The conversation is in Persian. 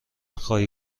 خواهی